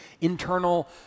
internal